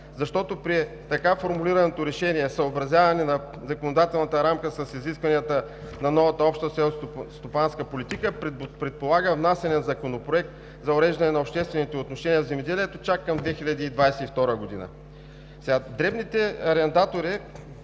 Защото при така формулираното решение: „съобразяване на законодателната рамка с изискванията на новата Обща селскостопанска политика“ предполага внасяне на законопроект за уреждане на обществените отношения в земеделието чак към 2022 г. Дребните арендатори